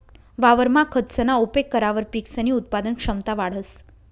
वावरमा खतसना उपेग करावर पिकसनी उत्पादन क्षमता वाढंस